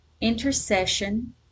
intercession